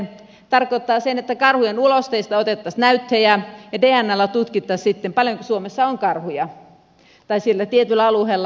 tämä tarkoittaa sitä että karhujen ulosteista otettaisiin näytteitä ja dnalla tutkittaisiin sitten paljonko suomessa on karhuja tai sillä tietyllä alueella